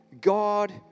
God